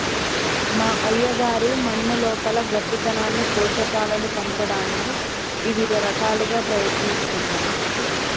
మా అయ్యగారు మన్నులోపల గట్టితనాన్ని పోషకాలను పంచటానికి ఇవిద రకాలుగా ప్రయత్నిస్తున్నారు